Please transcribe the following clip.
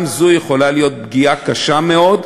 גם זו יכולה להיות פגיעה קשה מאוד,